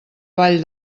vall